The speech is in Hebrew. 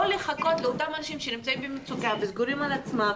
לחכות לאותם אנשים שנמצאים במצוקה וסגורים על עצמם,